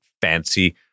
fancy